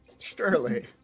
Surely